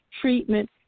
treatment